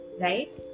right